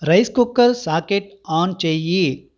rice cooker socket on చెయ్యి